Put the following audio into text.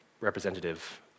representative